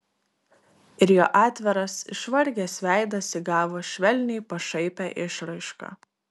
ir jo atviras išvargęs veidas įgavo švelniai pašaipią išraišką